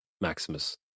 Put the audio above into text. Maximus